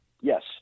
Yes